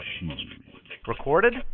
Recorded